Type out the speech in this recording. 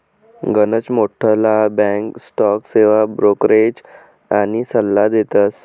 गनच मोठ्ठला back stock सेवा ब्रोकरेज आनी सल्ला देतस